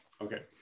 okay